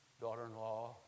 daughter-in-law